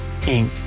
Inc